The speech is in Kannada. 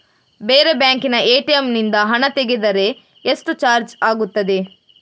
ಬೇರೆ ಬ್ಯಾಂಕಿನ ಎ.ಟಿ.ಎಂ ನಿಂದ ಹಣ ತೆಗೆದರೆ ಎಷ್ಟು ಚಾರ್ಜ್ ಆಗುತ್ತದೆ?